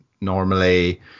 normally